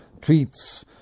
treats